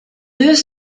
deux